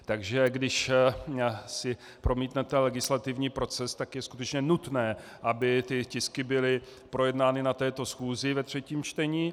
Takže když si promítnete legislativní proces, tak je skutečně nutné, aby ty tisky byly projednány na této schůzi ve třetím čtení.